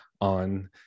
on